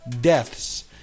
deaths